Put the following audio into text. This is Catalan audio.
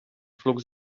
flux